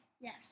Yes